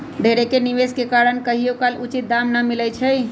ढेरेक निवेश के कारण कहियोकाल उचित दाम न मिलइ छै